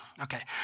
okay